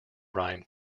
rhyme